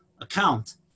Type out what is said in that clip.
account